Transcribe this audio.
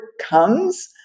comes